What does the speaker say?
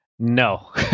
No